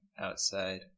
outside